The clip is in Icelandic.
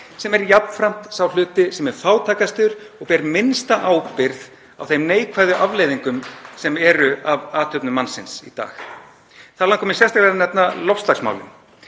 sem er jafnframt sá hluti sem er fátækastur og ber minnsta ábyrgð á þeim neikvæðu afleiðingum sem eru af athöfnum mannsins í dag. Þar langar mig sérstaklega að nefna loftslagsmálin.